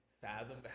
fathom